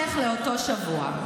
ובהמשך לאותו שבוע,